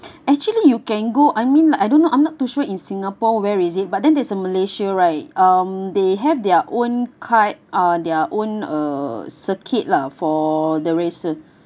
actually you can go I mean like I don't know I'm not too sure in singapore where is it but then there's a malaysia right um they have their own kart uh their own err circuit lah for the racer